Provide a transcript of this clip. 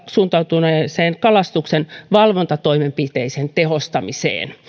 suuntautuneeseen kalastuksen valvontatoimenpiteiden tehostamiseen